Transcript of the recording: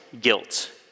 guilt